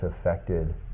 affected